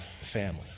family